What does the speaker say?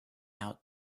out